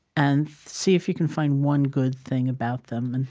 and see if you can find one good thing about them. and